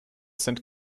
sind